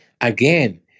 again